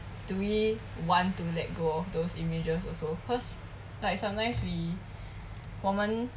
do we want to let go of those images also cause like sometimes we 我们